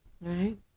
right